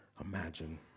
imagine